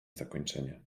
zakończenie